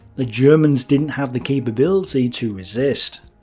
the germans didn't have the capability to resist.